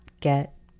get